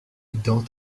dans